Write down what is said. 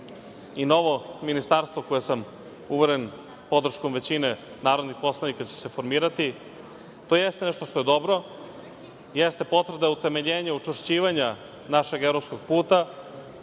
i novo ministarstvo, koje će se uveren sam podrškom većine narodnih poslanika formirati, to je nešto što je dobro, jeste potvrda utemeljenja, učvršćivanja našeg evropskog puta.